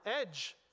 edge